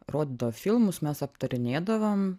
rodydavo filmus mes aptarinėdavom